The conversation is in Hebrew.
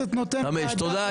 תודה.